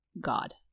God